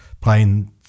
playing